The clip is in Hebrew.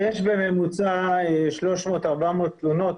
בממוצע יש 300 400 תלונות.